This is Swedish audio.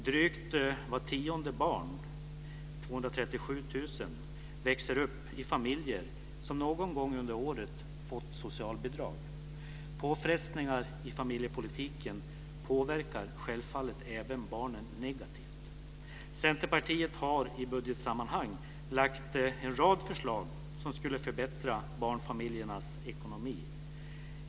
Drygt var tionde barn, 237 000, växer upp i familjer som någon gång under året fått socialbidrag. Påfrestningar i familjepolitiken påverkar självfallet även barnen negativt. Centerpartiet har i budgetsammanhang lagt fram en rad förslag som skulle förbättra barnfamiljernas ekonomi.